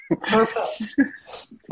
Perfect